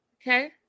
Okay